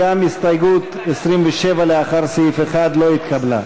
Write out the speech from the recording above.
הסתייגות (27) לאחר סעיף 1 לא התקבלה.